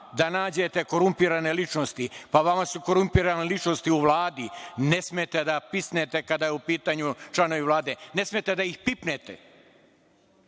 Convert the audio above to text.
da nađete korumpirane ličnosti, pa vama su korumpirane ličnosti u Vladi. Ne smete da pisnete kada su u pitanju članovi Vlade, ne smete da ih pipnete.